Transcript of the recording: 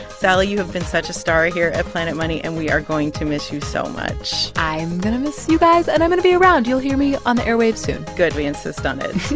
sally, you have been such a star here at planet money, and we are going to miss you so much i am going to miss you guys. and i'm going to be around. you'll hear me on the airwaves soon good, we insist on it.